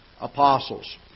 ...apostles